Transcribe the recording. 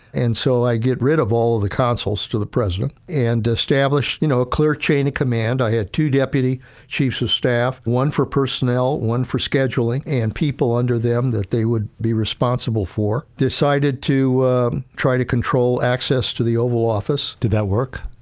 and so, i got rid of all the consoles to the president and establish, you know, a clear chain of command. i had two deputy chiefs of staff, one for personnel, one for scheduling, and people under them that they would be responsible for, decided to try to control access to the oval office. did that work?